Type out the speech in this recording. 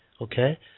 Okay